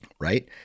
right